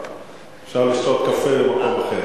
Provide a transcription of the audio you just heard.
אפשר לשתות קפה במקום אחר.